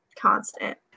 constant